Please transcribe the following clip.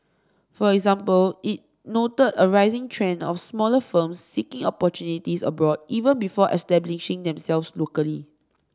for example it noted a rising trend of smaller firms seeking opportunities abroad even before establishing themselves locally